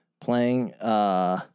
playing